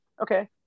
okay